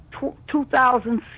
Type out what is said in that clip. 2006